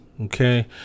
okay